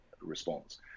response